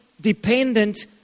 dependent